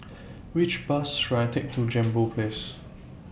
Which Bus should I Take to Jambol Place